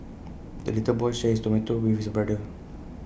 the little boy shared his tomato with his brother